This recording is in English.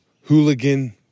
hooligan